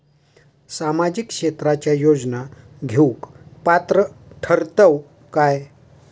सामाजिक क्षेत्राच्या योजना घेवुक पात्र ठरतव काय?